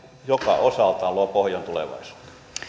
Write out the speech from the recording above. joka osaltaan luo pohjan tulevaisuuteen